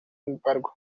mbarwa